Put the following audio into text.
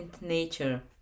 nature